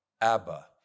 Abba